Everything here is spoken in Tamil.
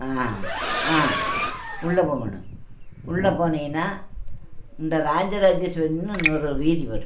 உள்ள போகணும் உள்ள போனீங்கன்னா இந்த ராஜராஜேஸ்வரின்னு இன்னொரு வீதி வரும்